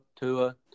Tua